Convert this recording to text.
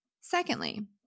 Secondly